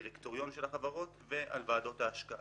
אנחנו מדברים על הדירקטוריון של החברות ועל ועדות ההשקעה.